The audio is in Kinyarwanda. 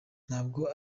ntabwo